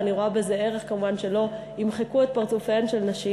ואני כמובן רואה ערך בזה שלא ימחקו את פרצופיהן של נשים.